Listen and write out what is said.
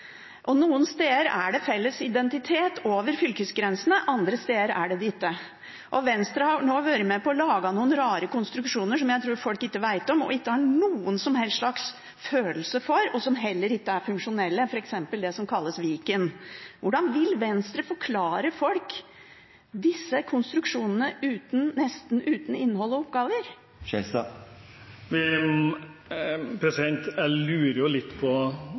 sine. Noen steder er det en felles identitet over fylkesgrensene, andre steder er det det ikke. Venstre har nå vært med på å lage noen rare konstruksjoner som jeg tror folk ikke vet om og ikke har noen som helst slags følelse for, og som heller ikke er funksjonelle, f.eks. det som kalles Viken. Hvordan vil Venstre forklare folk disse konstruksjonene nesten uten innhold og oppgaver? Jeg lurer litt på